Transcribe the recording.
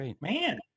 Man